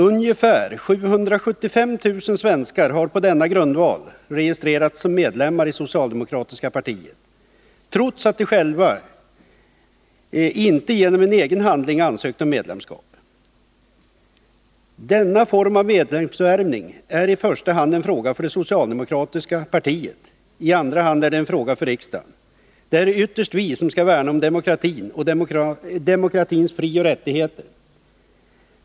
Ungefär 775 000 svenskar har på denna grundval registrerats som medlemmar i socialdemokratiska partiet, trots att de inte själva genom en egen handling ansökt om medlemskap. Denna form av medlemsvärvning är i första hand en fråga för det socialdemokratiska partiet. I andra hand är den en fråga för riksdagen. Det är ytterst vi i denna kammare som skall värna om demokratin och demokratins frioch rättigheter.